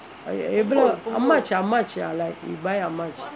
எவ்ளோ:evlo how much like we buy how much